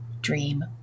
dream